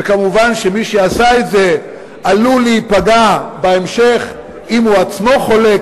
וכמובן מי שעשה את זה עלול להיפגע בהמשך אם הוא עצמו חולה,